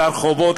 לרחובות,